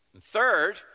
third